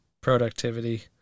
Productivity